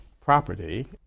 property